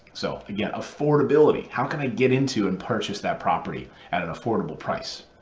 so again, affordability, how can i get into and purchase that property at an affordable price.